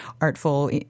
artful